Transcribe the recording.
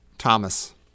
Thomas